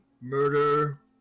Murder